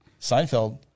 Seinfeld